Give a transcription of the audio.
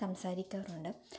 സംസാരിക്കാറുണ്ട്